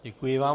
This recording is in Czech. Děkuji vám.